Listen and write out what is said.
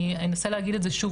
אני אנסה להגיד את זה שוב,